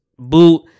Boot